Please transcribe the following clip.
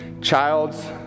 child's